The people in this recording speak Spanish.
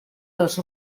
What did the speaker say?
los